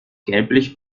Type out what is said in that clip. gelblich